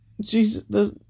Jesus